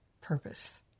purpose